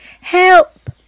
Help